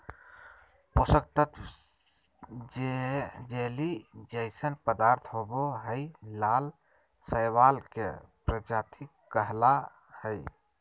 पोषक तत्त्व जे जेली जइसन पदार्थ होबो हइ, लाल शैवाल के प्रजाति कहला हइ,